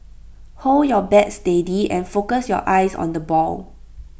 hold your bat steady and focus your eyes on the ball